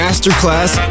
Masterclass